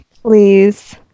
please